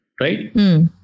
right